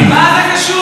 מה זה קשור?